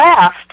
left